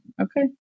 okay